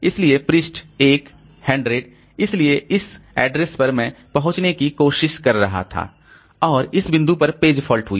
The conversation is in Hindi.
इसलिए पृष्ठ 1 100 इसलिए इस एड्रेस पर मैं पहुंचने की कोशिश कर रहा था और इस बिंदु पर पेज फॉल्ट हुई